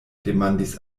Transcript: demandis